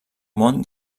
món